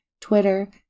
Twitter